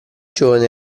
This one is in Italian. giovane